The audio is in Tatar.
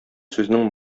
сүзнең